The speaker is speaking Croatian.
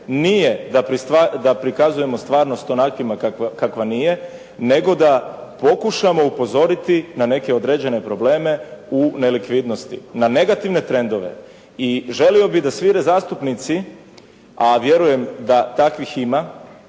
nije da prikazujemo stvarnost onakvima kakva nije nego da pokušamo upozoriti na neke određene probleme u nelikvidnosti. Na negativne trendove. I želio bih da svi zastupnici a vjerujem da takvih ima